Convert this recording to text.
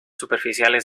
superficiales